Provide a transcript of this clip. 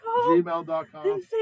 Gmail.com